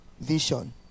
vision